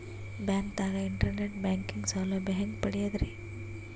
ಬ್ಯಾಂಕ್ದಾಗ internet banking ಸೌಲಭ್ಯ ಹೆಂಗ್ ಪಡಿಯದ್ರಿ?